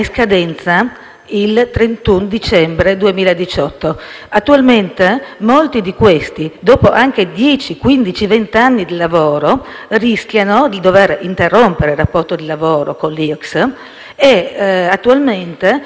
Attualmente molti di questi, dopo anche venti anni di lavoro, rischiano di dover interrompere il rapporto di lavoro con l'IRCCS e attualmente gli istituti si stanno in sostanza arrangiando da soli.